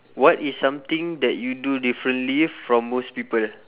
what is something that you do differently from most people